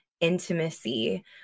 intimacy